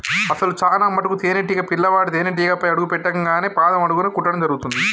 అసలు చానా మటుకు తేనీటీగ పిల్లవాడు తేనేటీగపై అడుగు పెట్టింగానే పాదం అడుగున కుట్టడం జరుగుతుంది